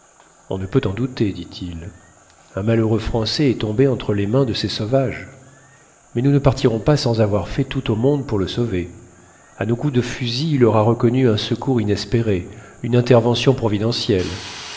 on ne peut en douter dit-il un malheureux français est tombé entre les mains de ces sauvages mais nous ne partirons pas sans avoir fait tout au monde pour le sauver a nos coups de fusil il aura reconnu un secours inespéré une intervention providentielle